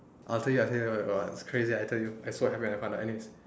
I tell you I tell you oh it's crazy I tell you I swear I never